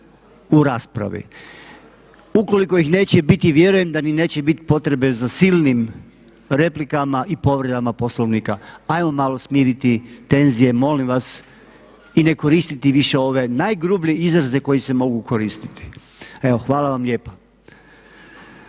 u raspravi. Ukoliko ih neće biti vjerujem da ni neće biti potrebe za silnim replikama i povredama Poslovnika. Ajmo malo smiriti tenzije molim vas i ne koristiti više ove najgrublje izraze koji se mogu koristiti. Evo hvala vam lijepa.